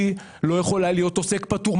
היא לא יכולה להיות עוסק פטור.